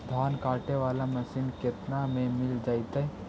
धान काटे वाला मशीन केतना में मिल जैतै?